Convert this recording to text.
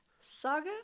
saga